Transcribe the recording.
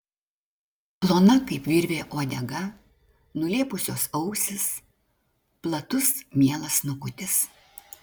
plona kaip virvė uodega nulėpusios ausys platus mielas snukutis